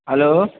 hello